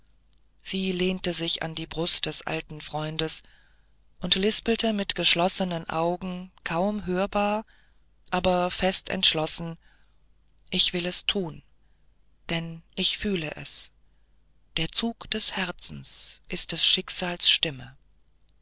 sie lehnte sich an die brust des alten freundes und lispelte mit geschlossenen augen kaum hörbar aber fest entschlossen ich will es tun denn ich fühle es der zug des herzens ist des